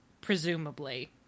Presumably